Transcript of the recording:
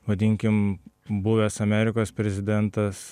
vadinkim buvęs amerikos prezidentas